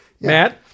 Matt